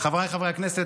חבריי חברי הכנסת,